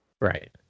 Right